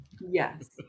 Yes